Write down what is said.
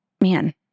man